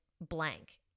blank